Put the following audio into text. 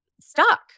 stuck